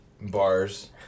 Bars